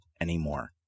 anymore